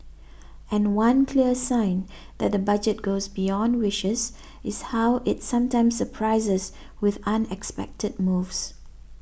and one clear sign that the budget goes beyond wishes is how it sometimes surprises with unexpected moves